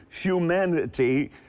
humanity